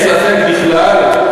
אין ספק בכלל.